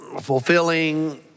fulfilling